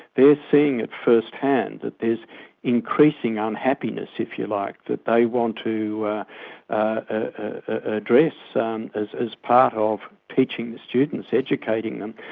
they're seeing it firsthand, that there's increasing ah unhappiness, if you like, that they want to ah address and as as part of teaching the students, educating them.